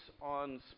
on